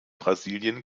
brasilien